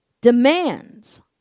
demands